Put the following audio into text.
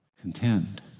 contend